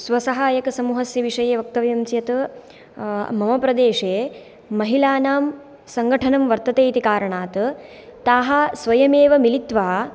स्वसहायकसमूहस्य विषये वक्तव्यं चेत् मम प्रदेशे महिलानां सङ्घटनं वर्तते इति कारणात् ताः स्वयमेव मिलित्वा